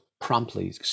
promptly